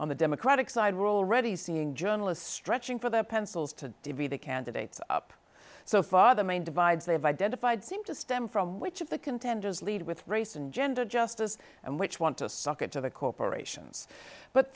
on the democratic side we're already seeing journalists stretching for their pencils to be the candidates up so far the main divides they've identified seem to stem from which of the contenders lead with race and gender justice and which want to sock it to the corporations but